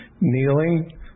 kneeling